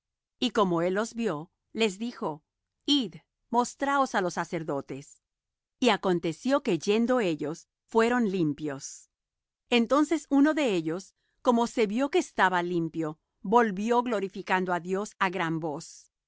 y como él los vió les dijo id mostraos á los sacerdotes y aconteció que yendo ellos fueron limpios entonces uno de ellos como se vió que estaba limpio volvió glorificando á dios á gran voz